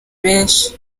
benshi